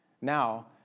Now